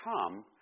come